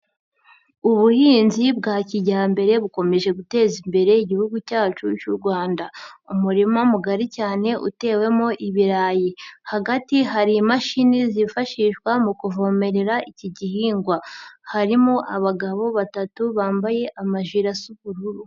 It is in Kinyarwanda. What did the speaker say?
Ubuhinzi bwa kijyambere bukomeje guteza imbere Igihugu cyacu cy'u Rwanda, umurima mugari cyane utewemo ibirayi. Hagati hari imashini zifashishwa mu kuvomerera iki gihingwa. Harimo abagabo batatu bambaye amajire asa ubururu.